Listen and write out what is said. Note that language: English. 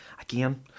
Again